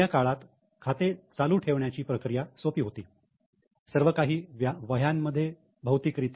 जुन्या काळात खाते चालू ठेवण्याची प्रक्रिया सोपी होती सर्वकाही वह्यांमध्ये भौतिक रित्या लिहिणे आवश्यक होतं